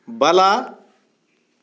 ಬಲ